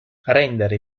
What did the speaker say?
rendere